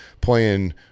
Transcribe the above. playing –